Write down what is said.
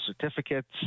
certificates